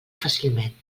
fàcilment